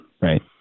Right